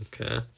Okay